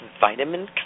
vitamin